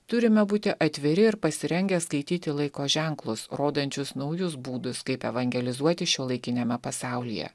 turime būti atviri ir pasirengę skaityti laiko ženklus rodančius naujus būdus kaip evangelizuoti šiuolaikiniame pasaulyje